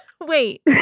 Wait